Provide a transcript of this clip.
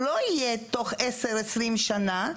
לא יהיה תוך 10-20 שנה.